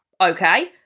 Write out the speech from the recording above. Okay